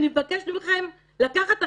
אני מבקשת מכם לקחת אחריות,